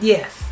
Yes